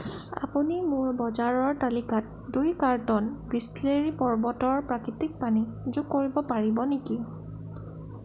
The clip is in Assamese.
আপুনি মোৰ বজাৰৰ তালিকাত দুই কাৰ্টন বিচলেৰী পৰ্বতৰ প্ৰাকৃতিক পানী যোগ কৰিব পাৰিব নেকি